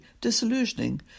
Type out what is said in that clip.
disillusioning